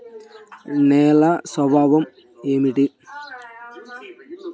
నేలల స్వభావం ఏమిటీ?